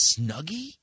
Snuggie